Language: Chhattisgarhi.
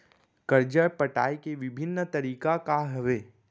करजा पटाए के विभिन्न तरीका का हवे?